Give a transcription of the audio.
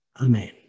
Amen